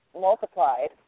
multiplied